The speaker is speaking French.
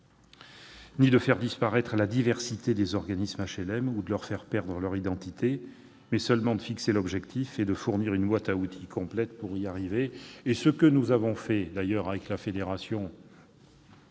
ni de faire disparaître la diversité des organismes d'HLM ou de leur faire perdre leur identité, mais seulement de fixer l'objectif et de leur fournir une boîte à outils complète pour y arriver. Ce que nous avons fait avec la fédération des